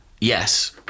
Yes